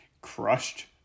crushed